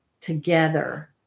together